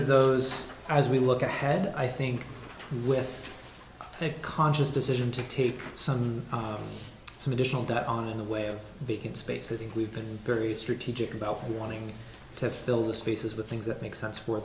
of those as we look ahead i think with a conscious decision to take some some additional debt on the way of making space if we've been very strategic about wanting to fill the spaces with things that make sense for